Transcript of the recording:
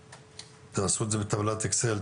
תעשו את זה בטבלת אקסל,